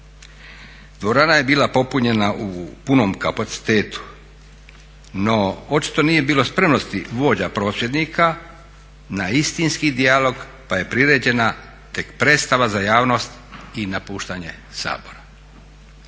Dvorana je bila popunjena u punom kapacitetu, no očito nije bilo spremnosti vođa prosvjednika na istinski dijalog pa je priređena tek predstava za javnost i napuštanje Sabora.